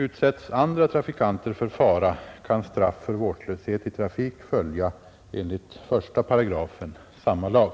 Utsätts andra trafikanter för fara kan straff för vårdslöshet i trafik följa enligt 1 § samma lag.